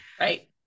right